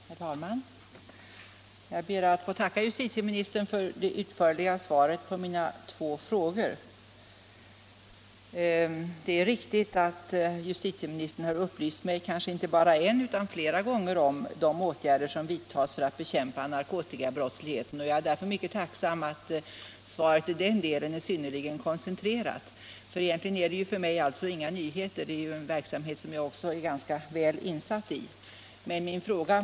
Herr talman! Jag ber att få tacka justitieministern för det utförliga svaret på mina två frågor. Det är riktigt att justitieministern har upplyst mig inte bara en utan flera gånger om de åtgärder som vidtas för att bekämpa narkotikabrottsligheten. Jag är därför mycket tacksam för att svaret i den delen är synnerligen koncentrerat. Det är för mig inga nyheter, jag är ganska väl insatt i verksamheten.